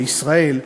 בישראל,